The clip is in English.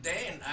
Dan